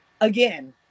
Again